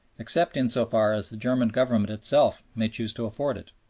except in so far as the german government itself may choose to afford it.